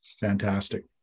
Fantastic